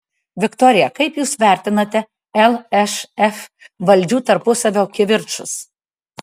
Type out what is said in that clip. viktorija kaip jūs vertinate lšf valdžių tarpusavio kivirčus